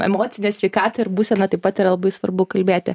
emocinę sveikatą ir būsena taip pat yra labai svarbu kalbėti